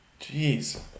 Jeez